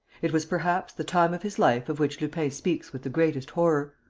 it was perhaps the time of his life of which lupin speaks with the greatest horror.